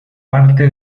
parte